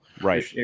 Right